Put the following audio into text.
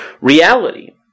reality